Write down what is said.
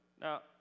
Now